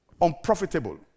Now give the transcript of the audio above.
Unprofitable